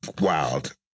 wild